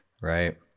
right